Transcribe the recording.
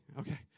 Okay